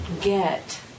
get